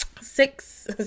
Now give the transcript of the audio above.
six